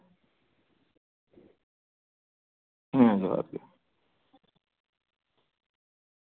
ᱦᱩ ᱡᱚᱦᱟᱨᱜᱮ